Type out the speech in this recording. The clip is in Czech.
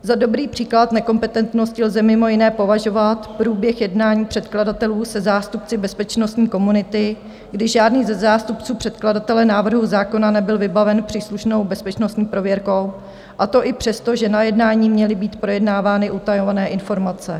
Za dobrý příklad nekompetentnosti lze mimo jiné považovat průběh jednání předkladatelů se zástupci bezpečnostní komunity, kdy žádný ze zástupců předkladatele návrhu zákona nebyl vybaven příslušnou bezpečnostní prověrkou, a to i přesto, že na jednání měly být projednávány utajované informace.